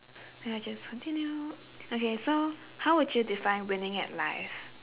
I'll just continue okay so how would you define winning at life